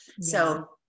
So-